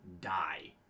die